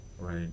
right